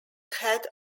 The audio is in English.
head